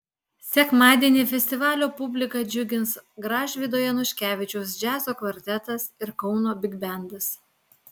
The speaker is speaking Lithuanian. sekmadienį festivalio publiką džiugins gražvydo januškevičiaus džiazo kvartetas ir kauno bigbendas